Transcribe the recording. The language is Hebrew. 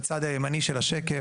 בצד הימני של השקף,